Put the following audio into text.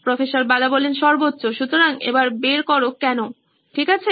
প্রফ্ বালা সর্বোচ্চ সুতরাং এবার বের করো কেনো ঠিক আছে